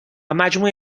مجموع